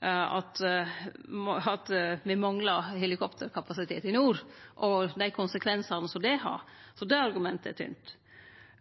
at me manglar helikopterkapasitet i nord, og dei konsekvensane det har. Så det argumentet er tynt.